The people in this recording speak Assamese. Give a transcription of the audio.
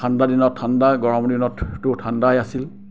ঠাণ্ডা দিনত ঠাণ্ডা গৰম দিনতো ঠাণ্ডাই আছিল